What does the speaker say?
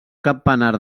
campanar